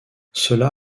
cela